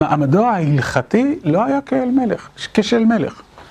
המדוע ההלכתי לא היה כאלמלך, כשאלימלך.